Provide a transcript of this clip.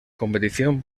competición